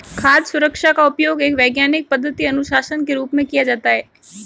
खाद्य सुरक्षा का उपयोग एक वैज्ञानिक पद्धति अनुशासन के रूप में किया जाता है